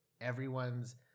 everyone's